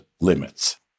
limits